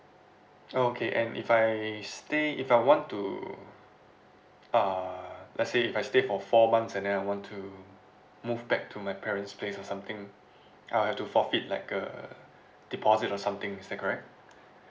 oh okay and if I stay if I want to uh let's say if I stay for four months and then I want to move back to my parent's place or something I'll have to forfeit like uh deposit or something is that correct